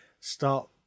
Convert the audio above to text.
start